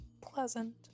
pleasant